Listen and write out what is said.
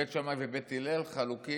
בית שמאי ובית הלל חלוקים